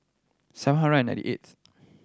seven hundred and ninety eighth